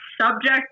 subject